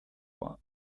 war